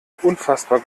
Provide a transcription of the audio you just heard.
unfassbar